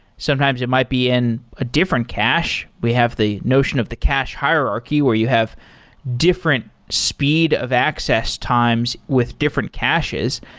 sometimes it might be in a different cache. we have the notion of the cache hierarchy, where you have different speed of access times with different caches.